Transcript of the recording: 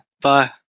bye